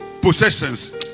possessions